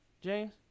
James